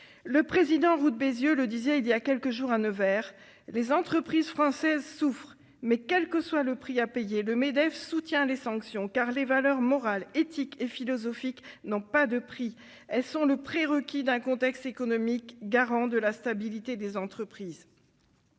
Le président Roux de Bézieux le disait il y a quelques jours à Nevers :« Les entreprises françaises souffrent, mais, quel que soit le prix à payer, le Mouvement des entreprises de France (Medef) soutient les sanctions, car les valeurs morales, éthiques et philosophiques n'ont pas de prix. Elles sont le prérequis d'un contexte économique garant de la stabilité des entreprises.